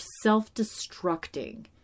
self-destructing